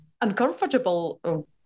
uncomfortable